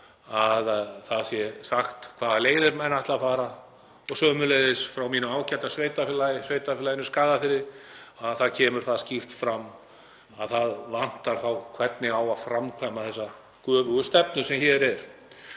að það sé sagt hvaða leiðir menn ætla að fara og sömuleiðis frá mínu ágæta sveitarfélagi, Sveitarfélaginu Skagafirði, kemur það skýrt fram að það vanti hvernig eigi að framkvæma þessa göfugu stefnu sem hér er.